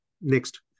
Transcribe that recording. next